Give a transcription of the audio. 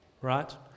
right